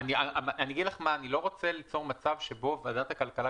אני לא רוצה ליצור מצב שבו ועדת הכלכלה,